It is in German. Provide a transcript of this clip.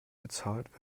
bezahlt